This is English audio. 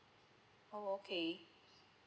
oh okay